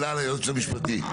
ליועץ המשפטי יש שאלה.